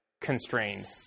constrained